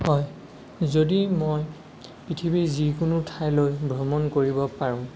হয় যদি মই পৃথিৱীৰ যিকোনো ঠাইলৈ ভ্ৰমণ কৰিব পাৰো